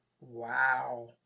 Wow